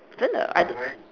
真的 I don't